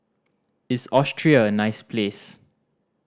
is Austria a nice place